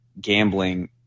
gambling